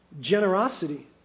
generosity